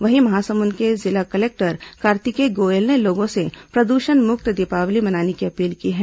वहीं महासमुंद के जिला कलेक्टर कार्तिकेय गोयल ने लोगों से प्रदूषण मुक्त दीपावली मनाने की अपील की है